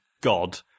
God